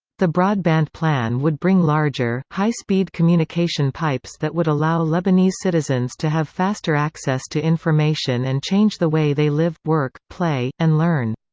the broadband plan would bring larger, high speed communication pipes that would allow lebanese citizens to have faster access to information and change the way they live, work, play, and learn.